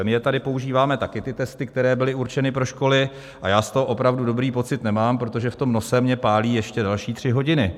My tady používáme také ty testy, které byly určeny pro školy, a já z toho opravdu dobrý pocit nemám, protože v nose mě pálí ještě další tři hodiny.